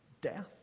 death